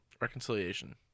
Reconciliation